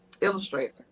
illustrator